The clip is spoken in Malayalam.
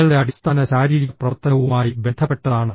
നിങ്ങളുടെ അടിസ്ഥാന ശാരീരിക പ്രവർത്തനവുമായി ബന്ധപ്പെട്ടതാണ്